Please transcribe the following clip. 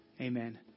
Amen